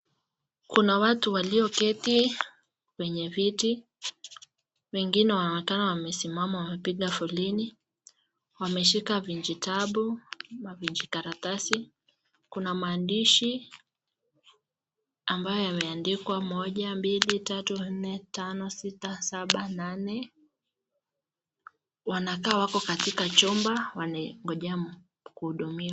Kuna watu walioketi kwenye viti wengine wanaonekana wamesimama wamepiga foleni wameshika vijitabu, mavijikaratasi kuna maandishi ambayo yameandikwa moja mbili tatu nne tano sita saba nane. Wanakaa wako katika chumba wanangojea kuhudumiwa.